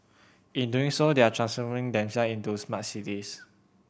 in doing so they are transforming themselves into smart cities